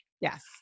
Yes